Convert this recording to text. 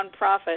nonprofit